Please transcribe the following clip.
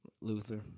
Luther